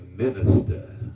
minister